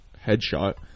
headshot